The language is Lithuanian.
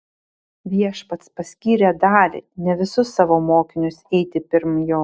viešpats paskyrė dalį ne visus savo mokinius eiti pirm jo